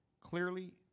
clearly